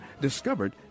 discovered